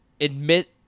admit